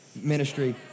ministry